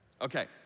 Okay